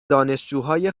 دانشجوهای